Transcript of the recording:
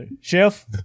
Chef